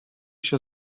się